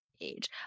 age